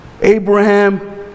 Abraham